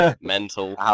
mental